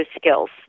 skills